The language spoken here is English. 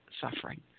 suffering